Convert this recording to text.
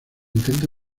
intenta